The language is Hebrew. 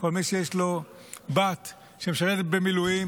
כל מי שיש לו בת שמשרתת במילואים,